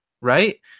right